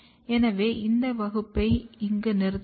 எனவே இந்த வகுப்பை இங்கு நிறுத்துவோம்